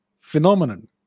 phenomenon